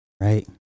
right